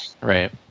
Right